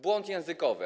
Błąd językowy.